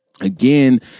Again